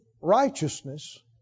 righteousness